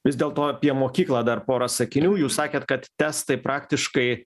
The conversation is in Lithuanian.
vis dėlto apie mokyklą dar pora sakinių jūs sakėt kad testai praktiškai